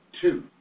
Two